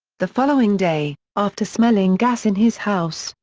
the following day, after smelling gas in his house,